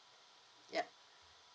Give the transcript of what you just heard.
yup